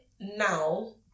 now